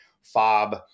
fob